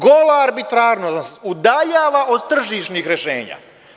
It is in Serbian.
Gola arbitrarnost udaljava od tržišnih rešenja.